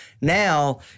Now